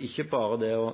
ikke bare det å